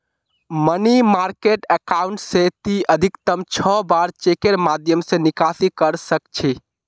money market account स ती अधिकतम छह बार चेकेर माध्यम स निकासी कर सख छ